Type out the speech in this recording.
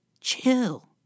Chill